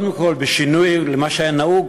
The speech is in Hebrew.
בשינוי ממה שהיה נהוג,